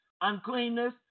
uncleanness